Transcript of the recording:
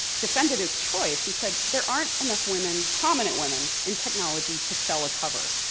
defended his choice and said there aren't enough women, prominent women in technology to sell a cover,